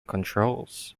controls